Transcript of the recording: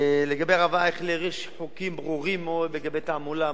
לגבי הרב אייכלר: יש חוקים ברורים מאוד לגבי תעמולה,